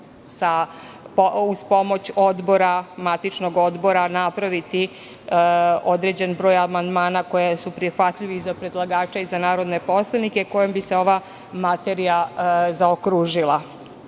uz pomoć matičnog odbora napraviti određen broj amandmana koji su prihvatljivi za predlagača i narodne poslanike, a kojim bi se ova materija zaokružila. Podržala